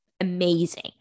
amazing